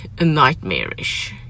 nightmarish